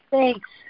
Thanks